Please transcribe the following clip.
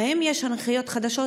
האם יש הנחיות חדשות,